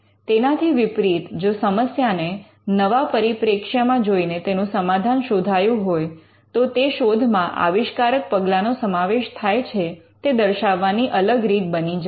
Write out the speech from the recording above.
તેનાથી વિપરિત જો સમસ્યાને નવા પરિપ્રેક્ષ્યમાં જોઈને તેનું સમાધાન શોધાયું હોય તો તે શોધમાં આવિષ્કારક પગલાનો સમાવેશ થાય છે તે દર્શાવવાની અલગ રીત બની જાય